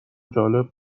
جالب